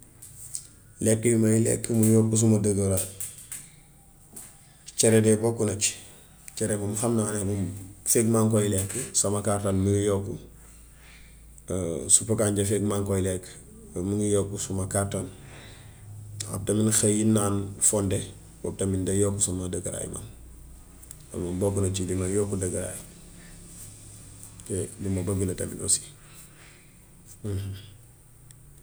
Lekk yi may lekk mu yokk sama dëgëraay cere de bokk na ci. Cere moom xam naa ni moom feek maaŋ koy lekk sama kartan mingi yokk. Supp kànja feek maaŋ koy lekk mu ngi yokk suma kartan ndax dama xëy naan fonde. Boobu tamit day yokku suma dëgëraay man. Boobu moom bokk na ci li may yokk dëgëraay. Lu ma bëgg la tam aussi.